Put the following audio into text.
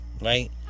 right